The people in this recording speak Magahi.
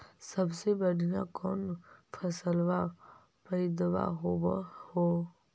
सबसे बढ़िया कौन फसलबा पइदबा होब हो?